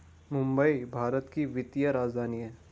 मुंबई भारत की वित्तीय राजधानी है